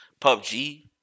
PUBG